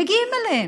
מגיעים אליהם.